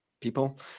people